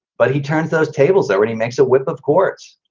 but he turns those tables that when he makes a whip, of course.